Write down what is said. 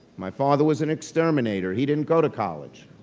my father was an exterminator, he didn't go to college.